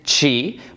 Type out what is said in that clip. Chi